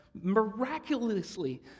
miraculously